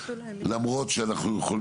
למרות שאנחנו,